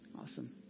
Awesome